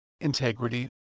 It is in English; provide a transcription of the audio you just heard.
integrity